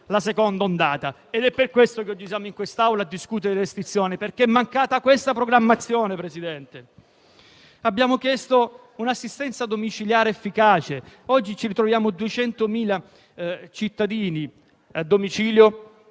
la seconda ondata. È per questo che oggi siamo in quest'Aula a discutere delle restrizioni, perché è mancata una programmazione, signor presidente Conte. Abbiamo chiesto un'assistenza domiciliare efficace, mentre oggi ci ritroviamo con 200.000 cittadini a domicilio,